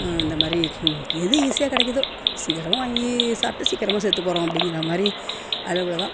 இந்த மாதிரி எது ஈசியாக கிடைக்கிதோ சீக்கிரமாக வாங்கி சாப்பிட்டு சீக்கிரமாக செத்து போகிறோம் அப்படிங்கிற மாதிரி அளவில் தான்